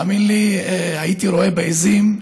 האמן לי, הייתי רועה עיזים.